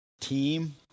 team